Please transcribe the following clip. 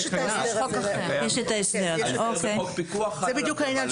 ההסדר בחוק פיקוח מדבר גם על בעלויות.